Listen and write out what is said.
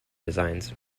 designs